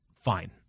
fine